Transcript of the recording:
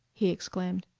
he exclaimed.